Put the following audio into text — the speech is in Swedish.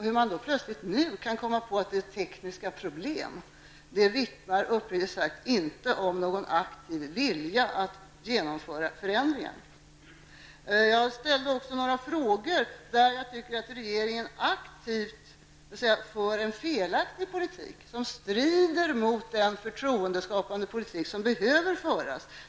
Att ni nu plötsligt kommer på att det finns tekniska problem vittnar uppriktigt sagt inte om någon aktiv vilja att genomföra förändringar. Jag ställde också några frågor om det som jag anser vara en felaktig politik som regeringen för och som går stick i stäv emot den förtroendeskapande politik som behöver föras.